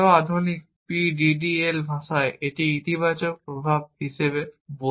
আরও আধুনিক PDDL ভাষায় আমি এটিকে ইতিবাচক প্রভাব হিসাবে বলব